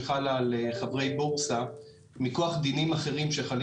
שחלה על חברי בורסה מכוח דינים אחרים שחלים